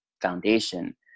foundation